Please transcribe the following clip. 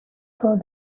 told